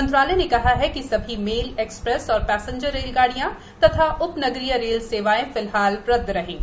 मंत्रालय ने कहा कि सभी मेल एक्सप्रैस और पैसेंजर रेलगांडियां तथा उपनगरीय रेल सेवाएं फिलहाल रद्द रहेंगी